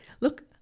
look